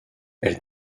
elle